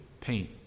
pain